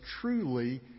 truly